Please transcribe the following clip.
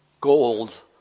gold